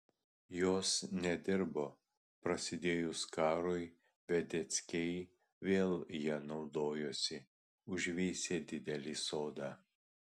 jos nedirbo prasidėjus karui vedeckiai vėl ja naudojosi užveisė didelį sodą